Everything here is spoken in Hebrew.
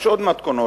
יש עוד מתכונות,